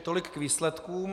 Tolik k výsledkům.